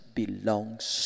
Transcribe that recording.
belongs